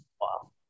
Wow